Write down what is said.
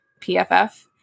PFF